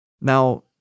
Now